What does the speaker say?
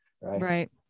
Right